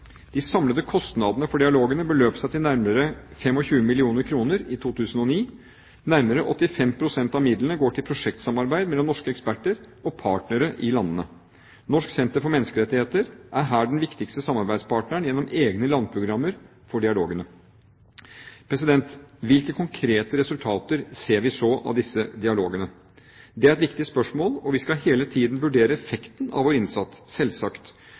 De samlede kostnadene for dialogene beløp seg til nærmere 25 mill. kr i 2009. Nærmere 85 pst. av midlene går til prosjektsamarbeid mellom norske eksperter og partnere i landene. Norsk senter for menneskerettigheter er her den viktigste samarbeidspartneren gjennom egne landprogrammer for dialogene. Hvilke konkrete resultater ser vi så av disse dialogene? Det er et viktig spørsmål, og vi skal hele tiden vurdere effekten av vår innsats, selvsagt.